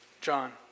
John